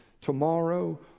tomorrow